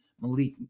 Malik